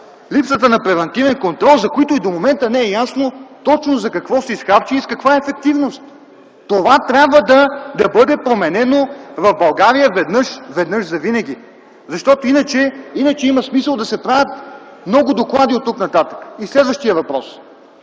Липсата на превантивен контрол, за които и до момента не е ясно точно за какво са изхарчени и с каква ефективност. Това трябва да бъде променено в България веднъж завинаги, защото иначе има смисъл да се правят много доклади оттук нататък. Следващият въпрос,